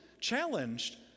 challenged